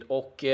och